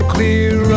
Clear